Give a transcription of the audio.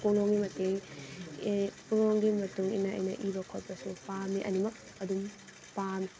ꯀꯣꯂꯣꯝꯒꯤ ꯃꯇꯦꯡ ꯀꯣꯂꯣꯝꯒꯤ ꯃꯇꯨꯡ ꯏꯟꯅ ꯑꯩꯅ ꯏꯕ ꯈꯣꯠꯄꯁꯨ ꯄꯥꯝꯃꯤ ꯑꯅꯤꯃꯛ ꯑꯗꯨꯝ ꯄꯥꯝꯃꯤ